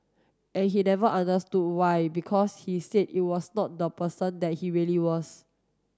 and he never understood why because he said it was not the person that he really was